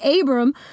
Abram